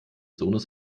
sohnes